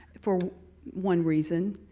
for one reason.